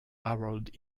harold